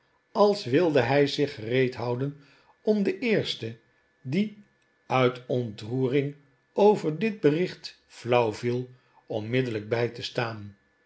als wilde hij zich gereed houden om den eersten die uit ontroering over dit bericht flauw viel onmiddellijk bij te staan